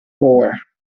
four